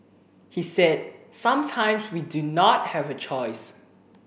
he said sometimes we do not have a choice